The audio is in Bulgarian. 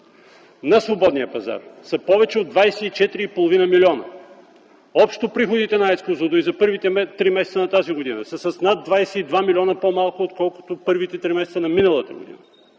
на свободния пазар са повече от 24,5 милиона. Общо приходите на АЕЦ „Козлодуй” за първите три месеца на тази година са с над 22 милиона по-малко, отколкото първите три месеца на миналата година.